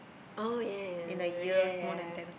oh ya ya ya ya ya ya